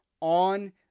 on